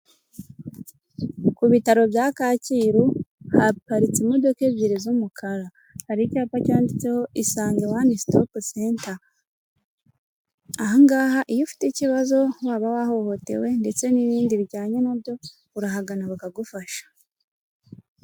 Ku bitaro bya Kacyiru haparitse imodoka ebyiri z'umukara, hari icyapa cyanditseho Isange one stop center. Aha ngaha iyo ufite ikibazo waba wahohotewe ndetse n'ibindi bijyanye na byo urahagana bakagufasha.